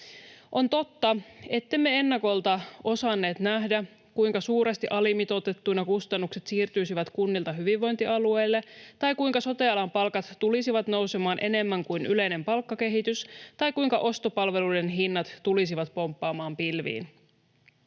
On totta, ettemme ennakolta osanneet nähdä, kuinka suuresti alimitoitettuina kustannukset siirtyisivät kunnilta hyvinvointialueille tai kuinka sote-alan palkat tulisivat nousemaan enemmän kuin yleinen palkkakehitys tai kuinka ostopalveluiden hinnat tulisivat pomppaamaan pilviin.